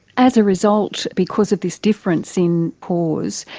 as a result, because of this difference in cause,